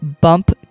bump